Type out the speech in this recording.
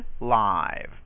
live